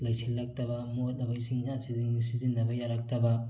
ꯂꯩꯁꯤꯜꯂꯛꯇꯕ ꯃꯣꯠꯂꯕ ꯏꯁꯤꯡꯁꯦ ꯑꯁꯤꯗꯒꯤ ꯁꯤꯖꯤꯟꯅꯕ ꯌꯥꯔꯛꯇꯕ